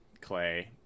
clay